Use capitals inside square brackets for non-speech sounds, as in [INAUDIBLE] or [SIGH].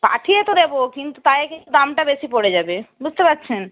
পাঠিয়ে তো দেবো কিন্তু [UNINTELLIGIBLE] দামটা বেশি পড়ে যাবে বুঝতে পারছেন